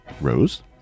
Rose